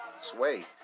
Sway